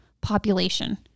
population